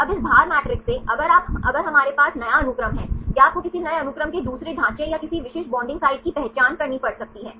अब इस भार मैट्रिक्स से अब अगर हमारे पास नया अनुक्रम है या आपको किसी नए अनुक्रम के दूसरे ढांचे या किसी विशिष्ट बॉन्डिंग साइट की पहचान करनी पड़ सकती है